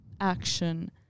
action